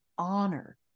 honor